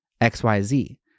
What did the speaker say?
xyz